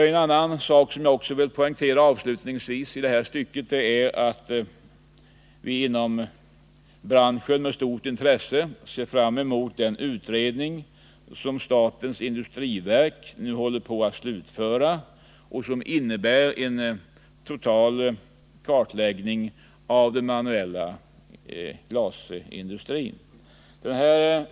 En annan sak som jag vill poängtera avslutningsvis i det här stycket är att vi inom branschen med stort intresse ser fram emot den utredning som statens industriverk nu håller på att slutföra och som innebär en total kartläggning av den manuella glasindustrin.